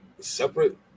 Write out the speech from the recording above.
separate